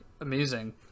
amazing